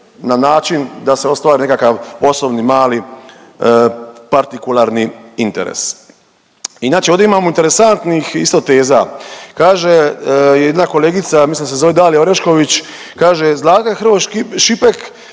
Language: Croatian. na način da se ostvari nekakav osobni mali partikularni interes. Inače ovdje imamo interesantnih isto teza. Kaže jedna kolegica, mislim da se zove Dalija Orešković, kaže Zlata Hrvoj Šipek